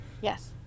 Yes